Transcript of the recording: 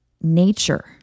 nature